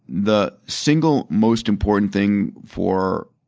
the single most important thing for